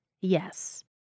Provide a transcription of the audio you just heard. yes